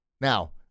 Now